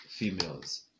Females